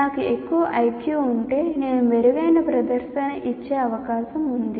నాకు ఎక్కువ ఐక్యూ ఉంటే నేను మెరుగైన ప్రదర్శన ఇచ్చే అవకాశం ఉంది